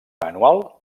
anual